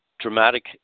dramatic